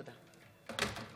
נגד דוד אמסלם, בעד